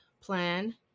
plan